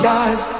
eyes